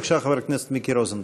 בבקשה, חבר הכנסת מיקי רוזנטל.